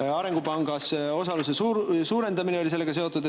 arengupangas osaluse suurendamine oli sellega seotud,